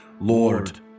Lord